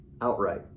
outright